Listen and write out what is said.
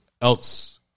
else